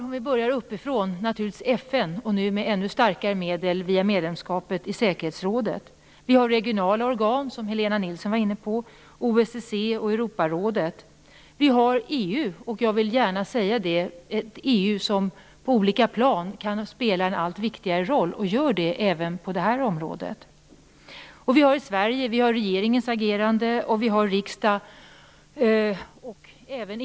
Om vi börjar uppifrån har vi FN, och via medlemskapet i säkerhetsrådet är det ett ännu starkare medel. Vi har regionala organ, som Helena Nilsson var inne på, t.ex. OSSE och Europarådet. Vi har EU, och jag vill gärna säga att det är ett EU som på olika plan kan spela en allt viktigare roll och gör det även på det här området. I Sverige har vi regeringens agerande och riksdagen.